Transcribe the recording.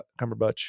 cumberbatch